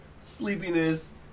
sleepiness